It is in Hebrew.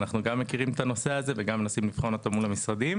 אנחנו גם מכירים את הנושא הזה וגם מנסים לבחון אותו מול המשרדים.